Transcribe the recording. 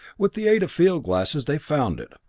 with the aid of field glasses they found it,